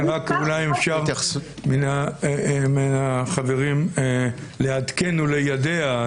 אולי אם אפשר מן החברים לעדכן וליידע,